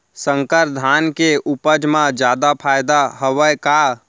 संकर धान के उपज मा जादा फायदा हवय का?